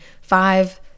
five